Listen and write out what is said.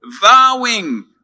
vowing